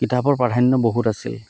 কিতাপৰ প্ৰাধান্য বহুত আছিল